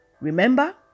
Remember